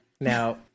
now